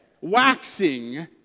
waxing